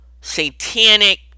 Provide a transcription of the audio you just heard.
satanic